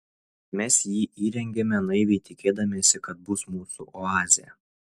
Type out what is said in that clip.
mes jį įrengėme naiviai tikėdamiesi kad bus mūsų oazė